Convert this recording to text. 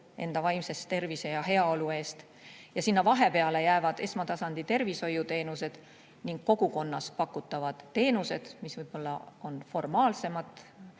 enda vaimse tervise ja heaolu eest. Ja sinna vahepeale jäävad esmatasandi tervishoiuteenused ning kogukonnas pakutavad teenused, mis võib-olla on formaalsemalt